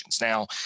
Now